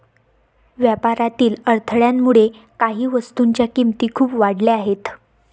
व्यापारातील अडथळ्यामुळे काही वस्तूंच्या किमती खूप वाढल्या आहेत